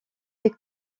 des